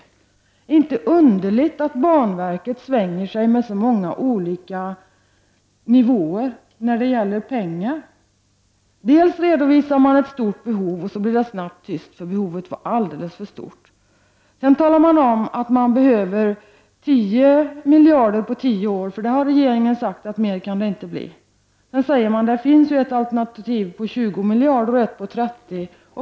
Det är inte underligt att banverket svänger sig mellan så många olika nivåer när det gäller pengar. Först redovisar man ett stort behov, och så blir det snabbt tyst. Behovet var alldeles för stort. Sedan talar man om att man behöver 10 miljarder på tio år, eftersom regeringen har sagt att det inte kan bli mer. Vidare säger man att det finns ett alternativ på 20 miljarder och ett på 30 miljarder.